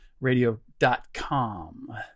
radio.com